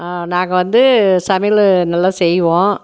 நாங்கள் வந்து சமையல் நல்லா செய்வோம்